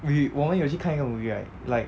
we 我们有去看一个 movie right like